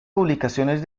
publicaciones